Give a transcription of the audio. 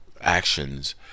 actions